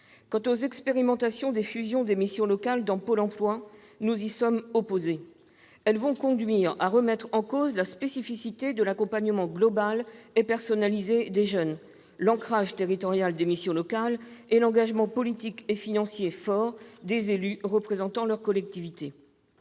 Quant aux expérimentations des fusions des missions locales dans Pôle emploi, nous y sommes opposés. Elles vont conduire à remettre en cause la spécificité de l'accompagnement global et personnalisé des jeunes, ainsi que l'ancrage territorial des missions locales et l'engagement politique et financier fort des élus représentant leur collectivité